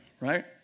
right